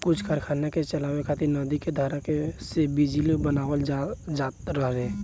कुछ कारखाना के चलावे खातिर नदी के धारा से बिजली बनावल जात रहे